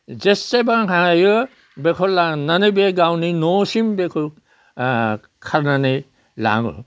जेसेबां हायो बेखौ लांनानै बे गावनि न'सिम बेखौ खारनानै लाङो